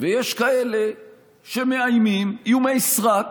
ויש כאלה שמאיימים איומי סרק.